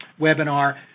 webinar